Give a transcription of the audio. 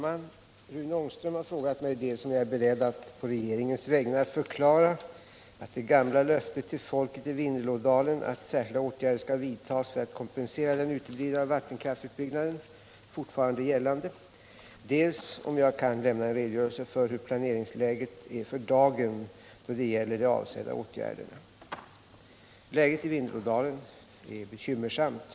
Herr talman! Rune Ångström har frågat mig dels om jag är beredd att på regeringens vägnar förklara att det gamla löftet till folket i Vindelådalen, att särskilda åtgärder skall vidtas för att kompensera uteblivandet av vattenkraftsutbyggnaden, fortfarande gäller, dels om jag kan lämna en redogörelse för hur planeringsläget är för dagen då det gäller de avsedda åtgärderna. Läget i Vindelådalen är bekymmersamt.